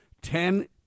Ten